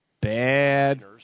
Bad